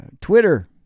twitter